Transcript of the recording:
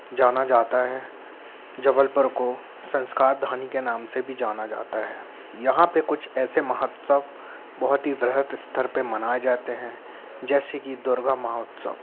जाना जाता है जबलपुर को संस्कार धानी के नाम से भी जाना जाता है यहाँ पे कुछ ऐसे महोत्सव बहुत ही वृहत स्तर पर मनाए जाते हैं जैसे कि दुर्गा महोत्सव